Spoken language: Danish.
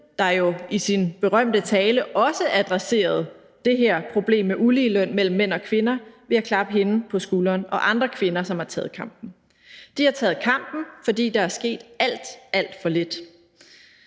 der jo i sin berømte tale også adresserede det her problem med uligeløn mellem mænd og kvinder, på skulderen eller klappe andre kvinder, som har taget kampen, på skulderen. De har taget kampen, fordi der er sket alt, alt for lidt.